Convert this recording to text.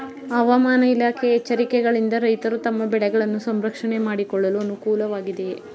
ಹವಾಮಾನ ಇಲಾಖೆಯ ಎಚ್ಚರಿಕೆಗಳಿಂದ ರೈತರು ತಮ್ಮ ಬೆಳೆಗಳನ್ನು ಸಂರಕ್ಷಣೆ ಮಾಡಿಕೊಳ್ಳಲು ಅನುಕೂಲ ವಾಗಿದೆಯೇ?